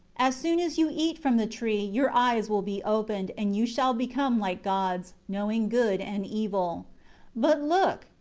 as soon as you eat from the tree, your eyes will be opened, and you shall become like gods, knowing good and evil but look!